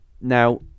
Now